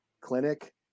clinic